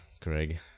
Craig